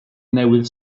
newydd